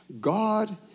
God